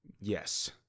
Yes